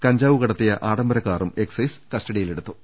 കഞ്ചാവ് കട ത്തിയ ആഡംബര കാറും എക്സൈസ് കസ്റ്റഡിയിലെടുത്തു